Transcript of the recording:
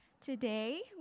Today